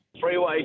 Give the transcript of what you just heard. Freeway